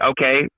okay